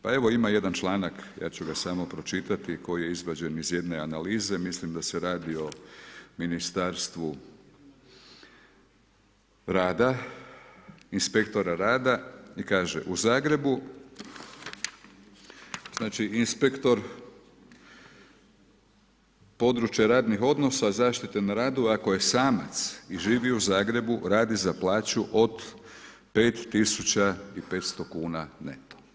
Pa evo, ima jedan članak, ja ću ga samo pročitati, koji je izvađen iz jedne analize, mislim da se radi o ministarstvu rada, inspektora rada i kažu Zagrebu, znači inspektor područje radnih odnosa, zaštite na radu, ako je samac i živi u Zagrebu radi za plaću od 5500 kn neto.